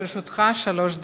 לרשותך שלוש דקות.